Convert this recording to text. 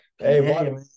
Hey